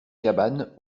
cabane